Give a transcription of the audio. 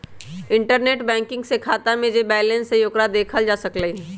internet banking से खाता में जे बैलेंस हई ओकरा देखल जा सकलई ह